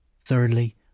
Thirdly